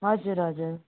हजुर हजुर